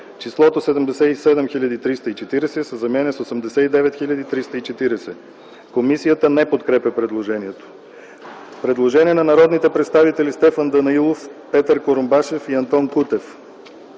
числото „77 340” се заменя с „89 340”. Комисията не подкрепя предложението. Предложение на народните представители Стефан Данаилов, Петър Курумбашев и Антон Кутев: